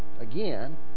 again